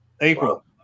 April